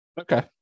Okay